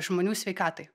žmonių sveikatai